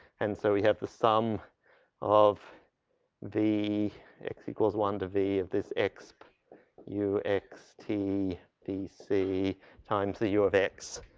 and so we have the sum of the x equals one to v of this exp u x t b c times the u of x.